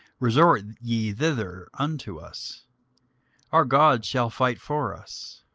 resort ye thither unto us our god shall fight for us.